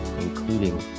including